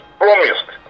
promised